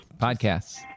Podcasts